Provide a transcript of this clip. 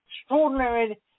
extraordinary